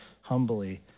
humbly